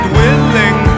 willing